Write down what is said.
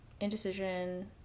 indecision